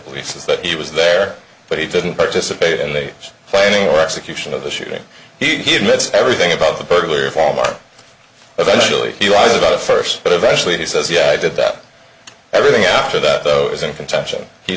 that he was there but he didn't participate in the age planning or execution of the shooting he admits everything about the burglary former eventually he lied about it first but eventually he says yeah i did that everything after that though is in contention he